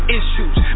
issues